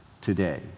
today